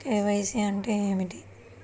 KYC అంటే ఏమిటి?